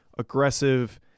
aggressive